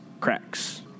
cracks